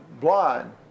blind